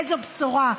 איזו בשורה?